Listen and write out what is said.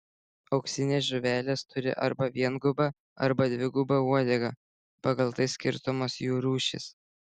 auksinės žuvelės turi arba viengubą arba dvigubą uodegą pagal tai skirstomos jų rūšys